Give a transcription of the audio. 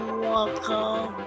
welcome